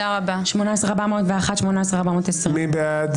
18,081 עד 18,100. מי בעד?